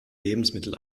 lebensmittel